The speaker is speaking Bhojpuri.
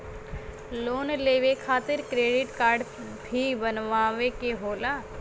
लोन लेवे खातिर क्रेडिट काडे भी बनवावे के होला?